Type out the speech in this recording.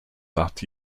that